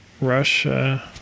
Russia